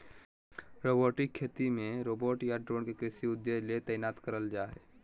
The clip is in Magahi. रोबोटिक खेती मे रोबोट या ड्रोन के कृषि उद्देश्य ले तैनात करल जा हई